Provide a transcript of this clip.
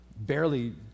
barely